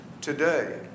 today